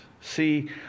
see